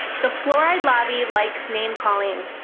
the fluoride lobby likes name-calling.